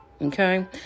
Okay